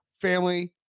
family